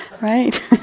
right